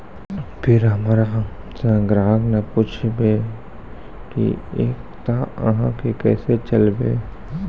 फिर हमारा से ग्राहक ने पुछेब की एकता अहाँ के केसे चलबै?